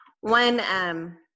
one